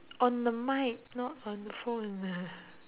on the mic not on the phone